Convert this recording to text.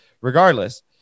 regardless